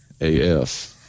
af